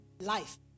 life